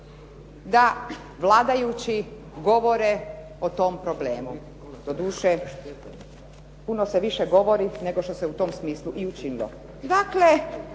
da vladajući govore o tom problemu. Doduše, puno se više govori nego što se u tom smislu i učinilo.